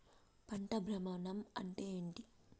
పంట భ్రమణం అంటే ఏంటి?